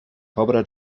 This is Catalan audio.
pobra